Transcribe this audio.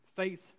Faith